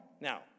now